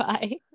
Bye